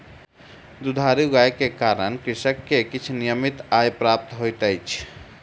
दुधारू गाय के कारण कृषक के किछ नियमित आय प्राप्त होइत अछि